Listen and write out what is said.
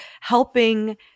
helping